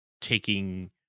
taking